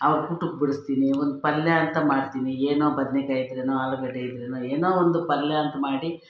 ಅವ್ರು ಊಟಕ್ಕೆ ಬಡಿಸ್ತೀನಿ ಒಂದು ಪಲ್ಯ ಅಂತ ಮಾಡ್ತೀನಿ ಏನೋ ಬದ್ನೆಕಾಯಿ ಇದ್ರೆನೋ ಆಲೂಗಡ್ಡೆ ಇದ್ರೆನೋ ಏನೋ ಒಂದು ಪಲ್ಯ ಅಂತ ಮಾಡಿ